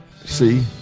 See